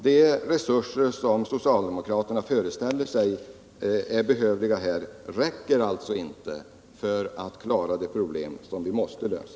De resurser som socialdemokraterna föreställer sig är behövliga här räcker inte för att klara de problem som vi måste lösa.